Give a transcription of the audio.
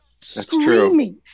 screaming